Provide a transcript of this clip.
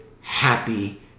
happy